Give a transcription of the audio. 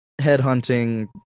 headhunting